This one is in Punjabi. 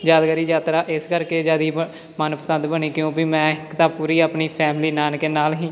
ਯਾਦਗਾਰੀ ਯਾਤਰਾ ਇਸ ਕਰਕੇ ਯਾਰੀ ਬਣ ਮਨਪਸੰਦ ਬਣੀ ਕਿਉਂ ਪੀ ਮੈਂ ਇੱਕ ਤਾਂ ਪੂਰੀ ਆਪਣੀ ਫੈਮਿਲੀ ਨਾਨਕੇ ਨਾਲ ਹੀ